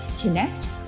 connect